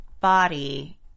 body